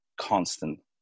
constant